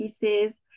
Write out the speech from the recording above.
pieces